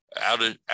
out